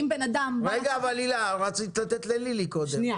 רגע, הילה, רצית לתת ללילי קודם.